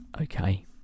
okay